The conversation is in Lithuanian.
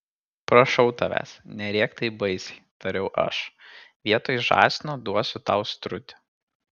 prašau tavęs nerėk taip baisiai tariau aš vietoj žąsino duosiu tau strutį